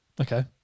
Okay